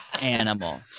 animal